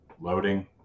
loading